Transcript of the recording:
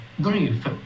grief